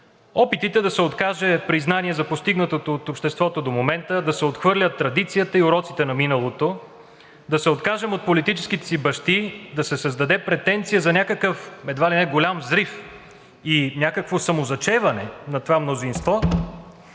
Опитите да се откаже признание за постигнатото от обществото до момента, да се отхвърлят традицията и уроците на миналото, да се откажем от политическите си бащи, да се създаде претенция за някакъв едва ли не голям взрив и някакво самозачеване на това мнозинство